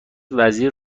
وزیر